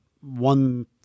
one